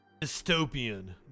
Dystopian